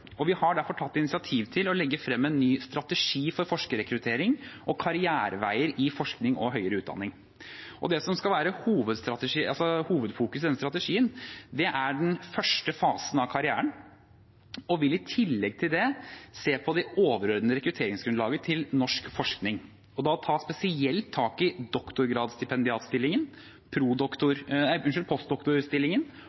har derfor tatt initiativ til å legge frem en ny strategi for forskerrekruttering og karriereveier i forskning og høyere utdanning. Det som skal være hovedfokus i den strategien, er den første fasen av karrieren. Vi vil i tillegg se på det overordnede rekrutteringsgrunnlaget til norsk forskning og ta spesielt tak i